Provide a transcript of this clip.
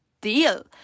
deal